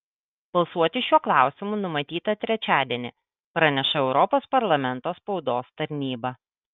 balsuoti šiuo klausimu numatyta trečiadienį praneša europos parlamento spaudos tarnyba